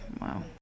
Wow